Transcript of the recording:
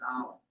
dollar